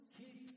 keep